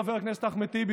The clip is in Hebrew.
חבר הכנסת אחמד טיבי,